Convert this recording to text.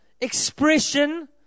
Expression